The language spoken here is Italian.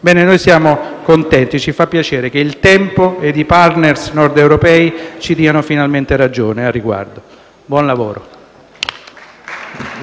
Noi siamo contenti. Ci fa piacere che il tempo e i *partner* nordeuropei ci diano finalmente ragione a riguardo. *(Applausi